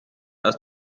aus